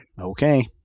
Okay